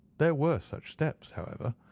there were such steps, however.